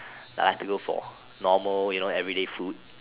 I like to go for normal you know everyday food